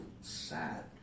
sad